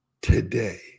today